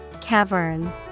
Cavern